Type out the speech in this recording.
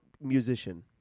musician